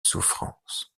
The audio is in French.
souffrances